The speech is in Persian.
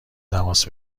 تماس